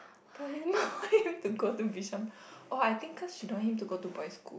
but his mum want him to go Bishan oh I think cause she don't want him to go to boys school